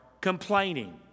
complaining